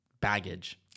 baggage